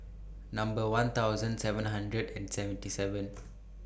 Number one thousand seven hundred and seventy seven